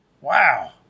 Wow